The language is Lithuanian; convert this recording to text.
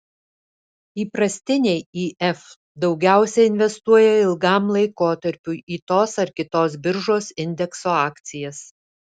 įprastiniai if daugiausiai investuoja ilgam laikotarpiui į tos ar kitos biržos indekso akcijas